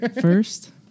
First